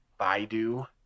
Baidu